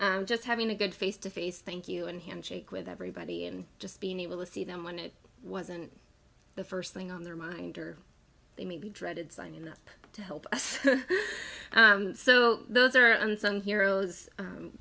but just having a good face to face thank you and handshake with everybody and just being able to see them when it wasn't the first thing on their mind or maybe dreaded signing up to help so those are unsung heroes